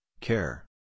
care